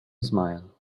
smile